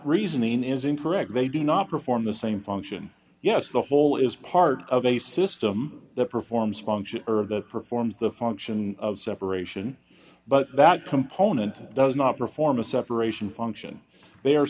reasoning is incorrect they do not perform the same function yes the whole is part of a system that performs function oeuvre that performs the function of separation but that component does not perform a separation function they are